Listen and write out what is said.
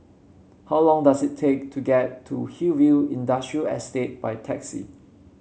how long does it take to get to Hillview Industrial Estate by taxi